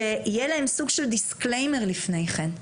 שיהיה להם סוג של דיסקליימר לפני כן.